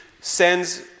sends